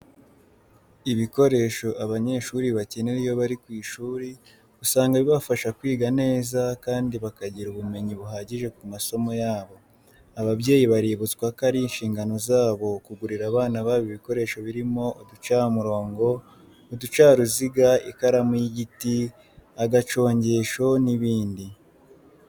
Ibikoresho abanyeshuri bakenera iyo bari ku ishuri usanga bibafasha kwiga neza kandi bakagira ubumenyi buhagije ku masomo yabo. Ababyeyi baributswa ko ari inshingano zabo kugurira abana babo ibikoresho birimo uducamurongo, uducaruziga, ikaramu y'igiti, agacongesho n'ibindi.